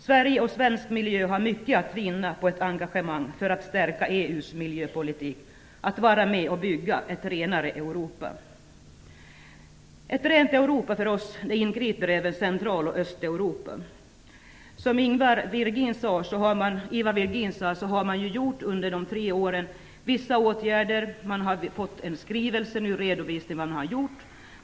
Sverige och svensk miljö har mycket att vinna på ett engagemang för att stärka EU:s miljöpolitik och vara med och bygga ett renare I ett rent Europa inbegriper vi även Central och Östeuropa. Som Ivar Virgin sade har den borgerliga regeringen vidtagit vissa åtgärder. Nu har det kommit en redogörelse för vad man har gjort.